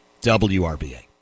WRBA